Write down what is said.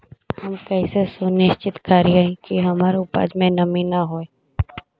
हम कैसे सुनिश्चित करिअई कि हमर उपज में नमी न होय?